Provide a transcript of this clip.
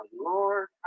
Lord